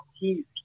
huge